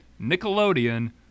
Nickelodeon